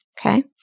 Okay